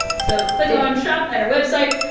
so click on shop at our website.